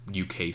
UK